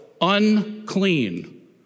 unclean